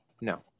No